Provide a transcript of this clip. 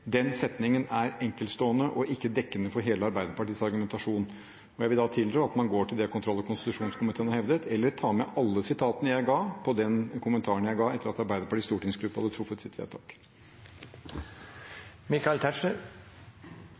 Den setningen er enkeltstående og ikke dekkende for hele Arbeiderpartiets argumentasjon. Jeg vil tilrå at man går til det kontroll- og konstitusjonskomiteen har skrevet, eller tar med alle sitatene jeg ga på den kommentaren jeg kom med etter at Arbeiderpartiets stortingsgruppe hadde truffet sitt vedtak.